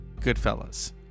Goodfellas